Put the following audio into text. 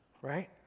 right